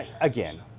again